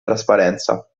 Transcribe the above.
trasparenza